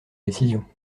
décisions